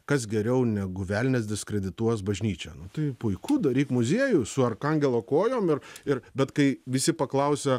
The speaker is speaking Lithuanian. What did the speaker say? kas geriau negu velnias diskredituos bažnyčią nu tai puiku daryk muziejų su arkangelo kojom ir ir bet kai visi paklausia